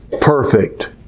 perfect